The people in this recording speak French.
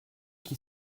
qui